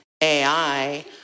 AI